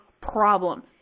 problem